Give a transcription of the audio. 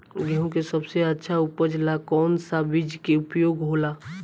गेहूँ के सबसे अच्छा उपज ला कौन सा बिज के उपयोग होला?